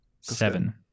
Seven